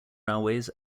railways